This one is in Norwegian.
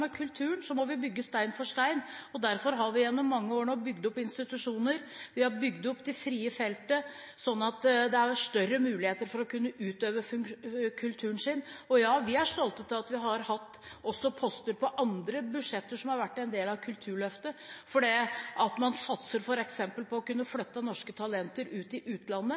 med kulturen, må vi bygge stein på stein. Derfor har vi gjennom mange år nå bygd opp institusjoner, og vi har bygd opp det frie feltet, sånn at det er større muligheter for å kunne utøve kulturen sin. Og ja – vi er stolte av at vi også har hatt poster på andre budsjetter som har vært en del av Kulturløftet. Det at man f.eks. satser på å kunne flytte norske talenter til utlandet gjennom den reisestøtteordningen som har vært i